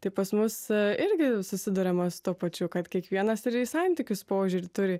tai pas mus irgi susiduriama su tuo pačiu kad kiekvienas ir į santykius požiūrį turi